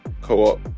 co-op